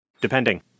depending